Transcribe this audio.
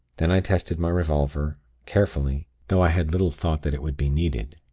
then i tested my revolver, carefully, though i had little thought that it would be needed.